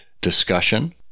discussion